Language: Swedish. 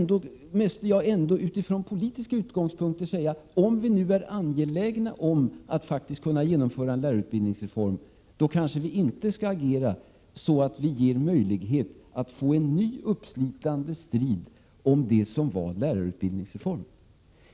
Då måste jag utifrån politiska utgångspunkter säga: Om vi nu är angelägna om att genomföra en lärarutbildningsreform bör vi inte agera så, att vi skapar risker för en ny uppslitande strid om lärarutbildningen.